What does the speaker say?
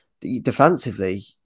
defensively